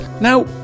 Now